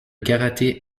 karaté